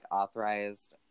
authorized